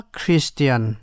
Christian